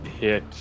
hit